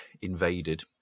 invaded